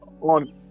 on